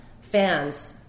fans